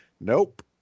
nope